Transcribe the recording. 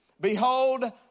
Behold